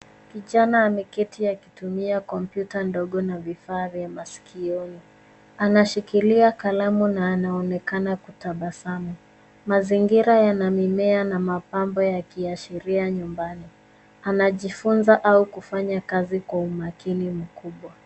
Kijana ameketi akituma kompyuta ndogo na vifaa vya maskioni, anashikilia kalamu na anaonekana kutabasamu. Mazingira yana mimea na mapambo yakiashiria nyumbani, anajifunza au kufanya kazi kwa umakini mkubwa.